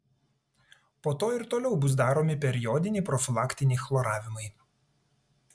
po to ir toliau bus daromi periodiniai profilaktiniai chloravimai